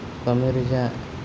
ᱠᱟᱹᱢᱤ ᱨᱮᱭᱟᱜ